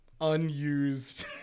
Unused